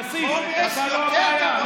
כסיף, אתה לא הבעיה.